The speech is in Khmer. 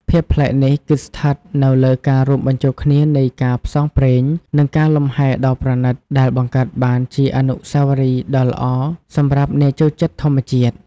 ភាពប្លែកនេះគឺស្ថិតនៅលើការរួមបញ្ចូលគ្នានៃការផ្សងព្រេង និងការលំហែដ៏ប្រណីត ដែលបង្កើតបានជាអនុស្សាវរីយ៍ដ៏ល្អសម្រាប់អ្នកចូលចិត្តធម្មជាតិ។